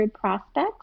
prospects